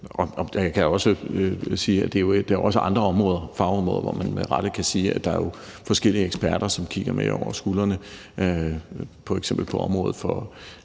lige præcis der. Der er jo også andre fagområder, hvor man med rette kan sige, at der er forskellige eksperter, som kigger med over skulderen. F.eks. på klimaområdet er